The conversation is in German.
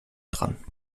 dran